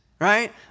right